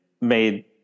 made